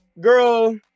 girl